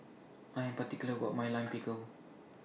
I Am particular about My Lime Pickle